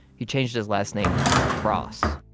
he changed his last name to cross.